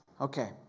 Okay